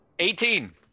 Eighteen